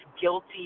guilty